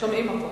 שומעים אותו.